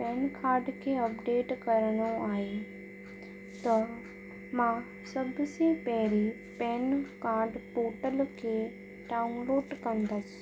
pan card खे update करिणो आहे त मां सभ से पहिरीं पैन कार्ड पोर्टल खे डाउनलोड कंदसि